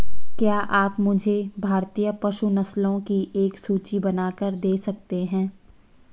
क्या आप मुझे भारतीय पशु नस्लों की एक सूची बनाकर दे सकते हैं?